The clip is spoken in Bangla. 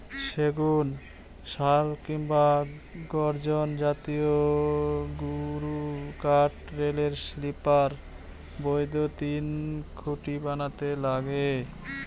সেগুন, শাল কিংবা গর্জন জাতীয় গুরুকাঠ রেলের স্লিপার, বৈদ্যুতিন খুঁটি বানাতে লাগে